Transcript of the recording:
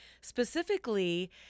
specifically